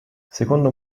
secondo